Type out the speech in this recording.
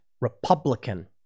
Republican